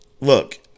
Look